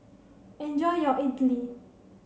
enjoy your Idly